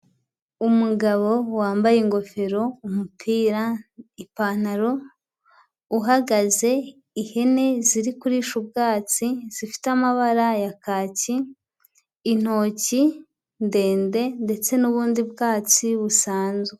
Umugabo wambaye ingofero, umupira, ipantaro, uhagaze. Ihene ziri kurisha ubwatsi, zifite amabara ya kaki. Intoki ndende, ndetse n'ubundi bwatsi busanzwe.